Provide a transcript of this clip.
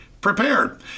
prepared